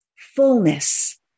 Fullness